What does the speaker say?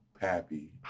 Pappy